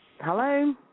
Hello